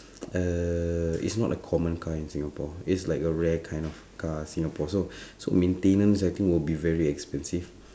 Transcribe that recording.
uh it's not a common car in singapore it's like a rare kind of car singapore so so maintenance I think will be very expensive